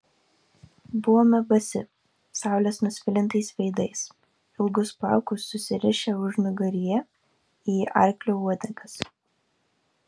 buvome basi saulės nusvilintais veidais ilgus plaukus susirišę užnugaryje į arklio uodegas